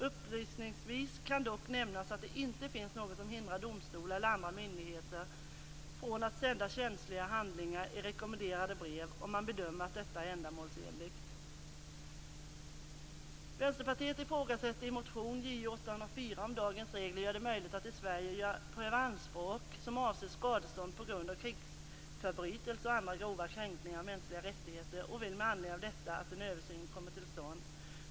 Upplysningsvis kan dock nämnas att det inte finns något som hindrar domstolar eller andra myndigheter från att sända känsliga handlingar i rekommenderade brev om de bedömer att detta är ändamålsenligt. Vänsterpartiet ifrågasätter i motion Ju804 om dagens regler gör det möjligt att i Sverige pröva anspråk som avser skadestånd på grund av krigsförbrytelser och andra grova kränkningar av mänskliga rättigheter och vill med anledning av detta att en översyn kommer till stånd.